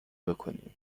بکنیم